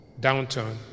downturn